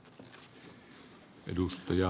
arvoisa puhemies